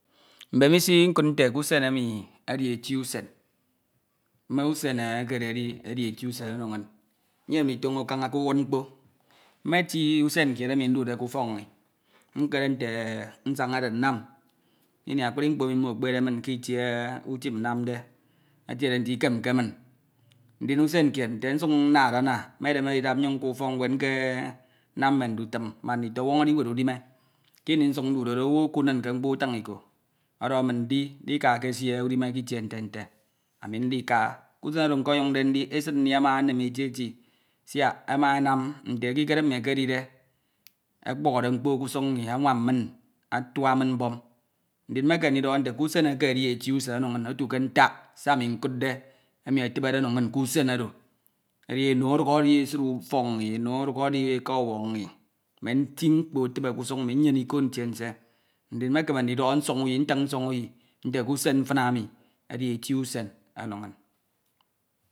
Mbemisi nkud nte k'usen eke edi eti use me usen ekedidi edi eti usen ono inn. nyem nditono kana k'usud mkpo. me ti usen kied emi ndude k'ufok inni nkere tutu nte nsanade nnam kiniakpri. kpo emi ekpede min kilie utim nnamde etiede nte ikemke min ndin usenkied nte nsuk nnada ana medemede idap nnyun nka ufok nwed nnam mme nditim mak nditonwon ediwed udime kini nsuk ndude do. owu okud nin ke mkpo ufin iko odoho min di dika kesie udime kitie nte nte. ami ndika. usen oro. nkonyimde ndi. esid mmi ama enem eti eti siak amanam nte ekikere mmi ekedike okpukhode mkpo k'usun mmi. anwam min. atua min mbon. udin mokeme ndidoho k'usen eke edi eti usen ono inn ntak se ami nkudde emi etibede ono inn kusen oro. edi eno oduk edi esid ufok nni. nti mkpo etibe k'usan inn. nnyene iko ntiensie ndin mekere ndidoho nson uyi. ntin uson uyi nte k'uson mfin emi edi eti usen ono inn.